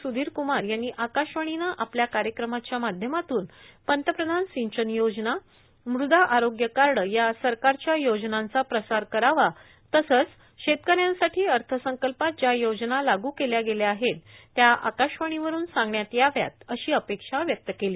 सुधीरकुमार यांनी आकाशवाणीनं आपल्या कार्यक्रमाच्या माध्यमातून पंतप्रधान सिंचन योजना मुदा आरोग्य कार्ड या सरकारच्या योजनांचा प्रसार करावा तसंच शेतकऱ्यांसाठी अर्थसंकल्पात ज्या योजना लागू केल्या गेल्या आहेत त्या आकाशवाणीवरून सांगण्यात याव्यात अशी अपेक्षा व्यक्त केली